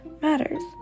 matters